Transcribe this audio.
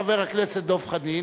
חבר הכנסת דב חנין,